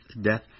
death